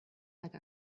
like